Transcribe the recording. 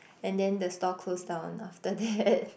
and then the store close down after that